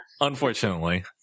unfortunately